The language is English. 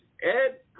Ed